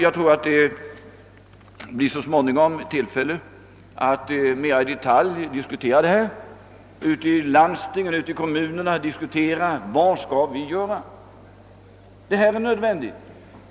Jag tror att det så småningom blir tillfälle att mera i detalj diskutera detta, att i landstingen och kommunerna diskutera vad vi skall göra. Det är nödvändigt.